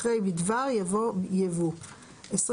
אחרי "בדבר" יבוא "יבוא"; (23)